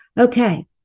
okay